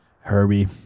Herbie